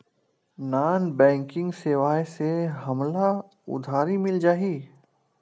Non banking सेवाएं से हमला उधारी मिल जाहि?